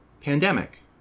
pandemic